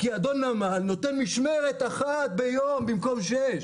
כי "אדון נמל" נותן משמרת אחת ביום במקום שש.